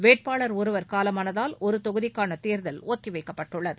வேட்பாளர் ஒருவர் காலமானதால் ஒரு தொகுதிக்கான தேர்தல் ஒத்திவைக்கப்பட்டுள்ளது